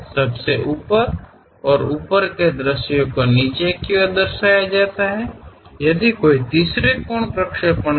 ಒಬ್ಬರು ಮೂರನೇ ಕೋನ ಪ್ರೊಜೆಕ್ಷನ್ನೊಂದಿಗೆ ಹೋಗುತ್ತಿದ್ದರೆ ನಿಮ್ಮ ಮುಂಭಾಗದ ನೋಟ ಮತ್ತು ಉನ್ನತ ನೋಟ